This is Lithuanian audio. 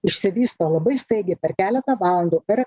išsivysto labai staigiai per keletą valandų per